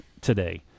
today